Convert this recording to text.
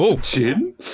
Jim